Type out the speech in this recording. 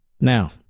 Now